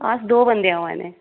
अस दो बंदे आवै ने